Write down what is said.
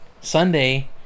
Sunday